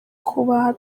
kuba